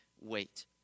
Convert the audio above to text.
wait